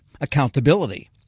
accountability